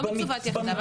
לא מצוות יחדיו,